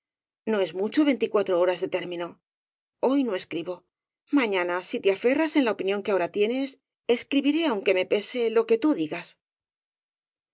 no es mucho veinticuatro horas de término hoy no escribo mañana si te aferras en la opinión que ahora tienes escribiré aunque me pese lo que tú me digas